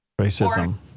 racism